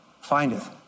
findeth